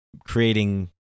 creating